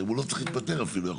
הוא לא צריך להתפטר אפילו.